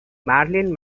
marilyn